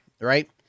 Right